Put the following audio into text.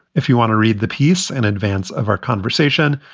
if you want to read the piece in advance of our conversation,